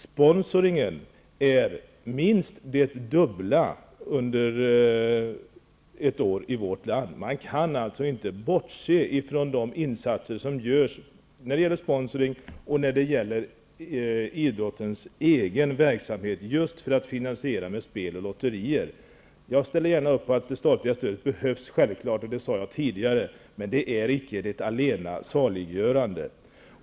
Sponsoringen är minst det dubbla under ett år i vårt land. Man kan alltså inte bortse från de insatser som görs i form av sponsoring och idrottens egen verksamhet med spel och lotterier. Jag ställer gärna upp på att det statliga stödet behövs, och det sade jag tidigare, men det stödet är icke det allena saliggörande.